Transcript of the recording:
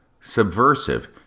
subversive